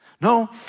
No